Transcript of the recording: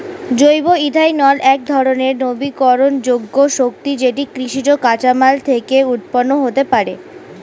জৈব ইথানল একধরণের নবীকরণযোগ্য শক্তি যেটি কৃষিজ কাঁচামাল থেকে উৎপন্ন হতে পারে